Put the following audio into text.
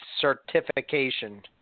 certification